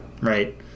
right